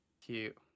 Cute